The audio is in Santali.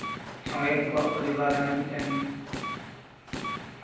ᱥᱚᱝᱜᱮ ᱩᱱᱠᱩᱣᱟ ᱯᱚᱨᱤᱵᱟᱨ ᱨᱮᱱᱟᱜ ᱢᱤᱫᱴᱮᱱ